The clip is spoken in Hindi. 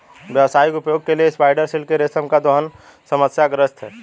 व्यावसायिक उपयोग के लिए स्पाइडर सिल्क के रेशम का दोहन समस्याग्रस्त है